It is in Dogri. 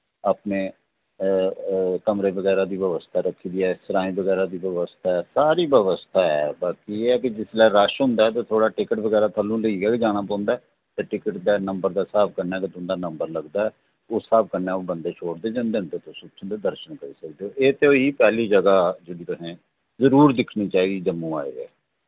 अपने कमरे बगैरा दी बवस्था रक्खी दी ऐ सराय बगैरा दी बवस्था ऐ सारी बवस्था ऐ बाकी एह् ऐ कि जिसलै रश होंदा ते टिकट बगैरा थल्लों लेइयै गै जाना पौंदा ते टिकट दे नंबर दे स्हाब कन्नै गै तुं'दा नंबर लगदा ऐ उस स्हाब कन्नै ओह् बंदे छोड़दे जंदे न ते तुस दर्शन करी सकदे ओ एह् ते होई गेई पैह्ली ज'गा जेह्ड़ी तुसें जरूरी दिक्खनी चाहिदी जम्मू आए दे